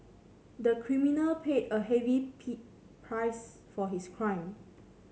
the criminal paid a heavy price for his crime